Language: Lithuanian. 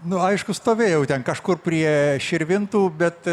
nu aišku stovėjau ten kažkur prie širvintų bet